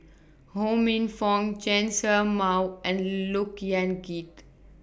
Ho Minfong Chen Show Mao and Look Yan Kit